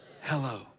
hello